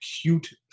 cute